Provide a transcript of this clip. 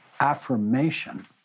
affirmation